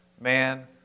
Man